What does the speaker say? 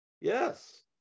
Yes